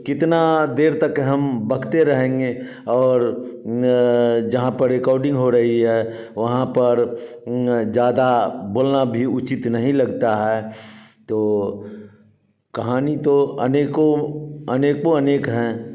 कितना देर तक हम बकते रहेंगे और न जहाँ पर रेकोडिंग हो रही है वहाँ पर ज़्यादा बोलना भी उचित नहीं लगता है तो कहानी तो अनेकों अनेकों अनेक हैं